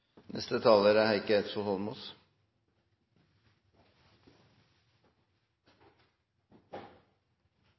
Neste taler er